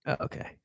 Okay